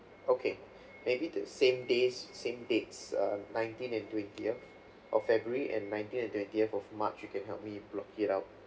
okay maybe the same days same dates uh nineteen and twentieth of february and nineteen and twentieth of march you can help me block it out